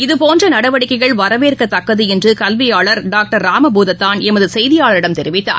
இதுபோன்ற நடவடிக்கைகள் வரவேற்கத்தக்கது என்று கல்வியாளர் டாக்டர் ராம பூதத்தான் எமது செய்தியாளரிடம் தெரிவித்தார்